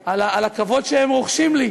על הכבוד שהם רוחשים לי.